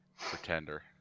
Pretender